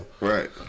Right